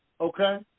okay